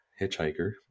hitchhiker